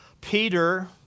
Peter